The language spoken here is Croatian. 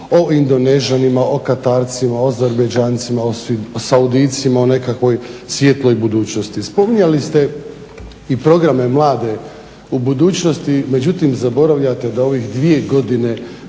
o Indonežanima, o Katarcima, o Azerbejđžancima o Saudijcima o nekakvoj svijetloj budućnosti. Spominjali ste i programe mlade u budućnosti, međutim zaboravljate da u ove dvije godine